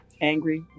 angry